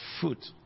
foot